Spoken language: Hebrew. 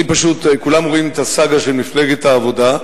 אני פשוט, כולם רואים את הסאגה של מפלגת העבודה,